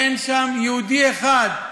אין שום יהודי אחד,